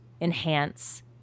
enhance